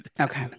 okay